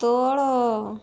ତଳ